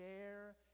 share